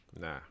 nah